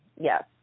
yes